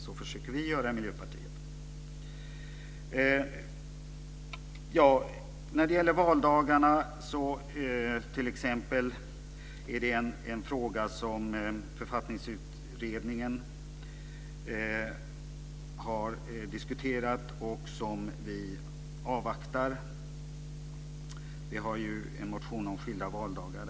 Så försöker vi göra i Miljöpartiet. Författningsutredningen har diskuterat frågan om valdagarna, och vi avvaktar den. Vi har lagt fram en motion om skilda valdagar.